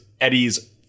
Eddie's